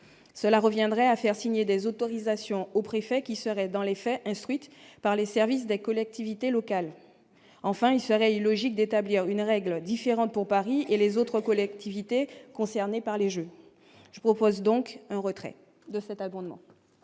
cela reviendrait à faire signer des autorisations aux préfets, qui serait dans les faits, instruite par les services des collectivités locales, enfin il serait illogique d'établir une règle différente pour Paris et les autres collectivités concernées par les Jeux, je propose donc un retrait de cet abonnement.